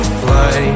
fly